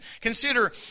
Consider